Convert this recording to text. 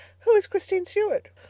who is christine stuart?